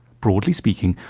broadly speaking,